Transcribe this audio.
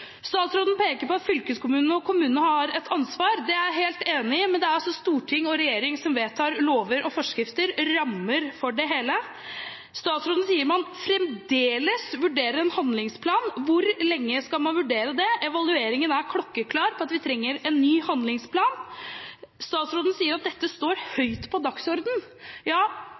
Statsråden peker på at fylkeskommunene og kommunene har et ansvar – det er jeg helt enig i – men det er altså storting og regjering som vedtar lover og forskrifter, rammer, for det hele. Statsråden sier man fremdeles vurderer en handlingsplan. Hvor lenge skal man vurdere det? Evalueringen er klokkeklar på at vi trenger en ny handlingsplan. Statsråden sier at dette står høyt på dagsordenen. Ja,